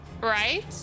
right